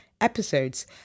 episodes